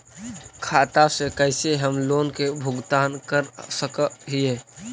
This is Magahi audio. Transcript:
खाता से कैसे हम लोन के भुगतान कर सक हिय?